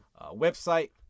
website